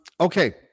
okay